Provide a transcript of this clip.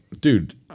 dude